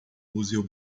museu